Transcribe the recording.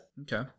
Okay